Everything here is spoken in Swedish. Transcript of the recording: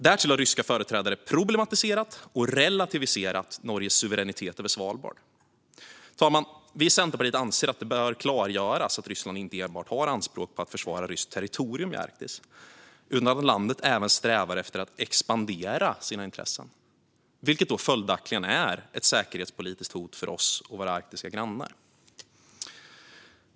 Därtill har ryska företrädare problematiserat och relativiserat Norges suveränitet över Svalbard. Fru talman! Vi i Centerpartiet anser att det bör klargöras att Ryssland inte enbart har anspråk på att försvara ryskt territorium i Arktis utan att landet även strävar efter att expandera sina intressen, vilket följaktligen är ett säkerhetspolitiskt hot mot oss och mot våra arktiska grannar.